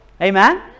Amen